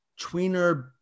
tweener